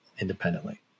independently